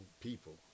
people